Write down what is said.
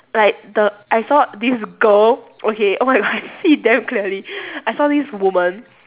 like the I saw this girl okay oh my god I see it damn clearly I saw this woman